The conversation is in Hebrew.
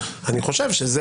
כדי לא לייצר וזה,